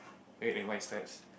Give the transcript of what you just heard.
red and white stripes